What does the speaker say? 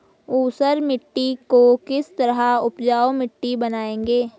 ऊसर मिट्टी को किस तरह उपजाऊ मिट्टी बनाएंगे?